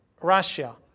Russia